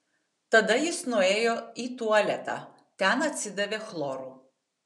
tada jis nuėjo į tualetą ten atsidavė chloru